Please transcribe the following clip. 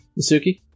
Masuki